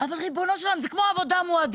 אבל ריבונו של עולם, זה כמו עבודה מועדפת.